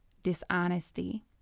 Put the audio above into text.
dishonesty